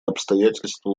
обстоятельства